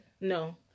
No